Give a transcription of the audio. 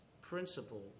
principle